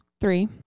three